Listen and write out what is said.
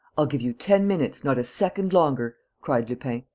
i'll give you ten minutes, not a second longer! cried lupin.